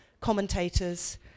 commentators